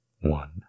One